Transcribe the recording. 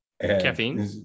Caffeine